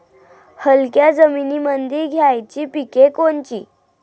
हलक्या जमीनीमंदी घ्यायची पिके कोनची?